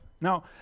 Now